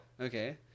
Okay